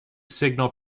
signal